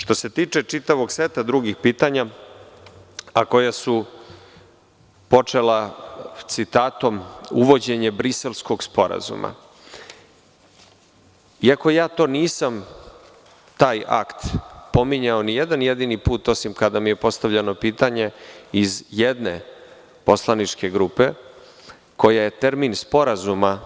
Što se tiče čitavog seta drugih pitanja, koja su počela citatom – uvođenje Briselskog sporazuma, iako nisam taj akt pominjao ni jedan jedini put, osim kada mi je postavljeno pitanje iz jedne poslaničke grupe koja je termin sporazuma